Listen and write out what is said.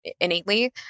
innately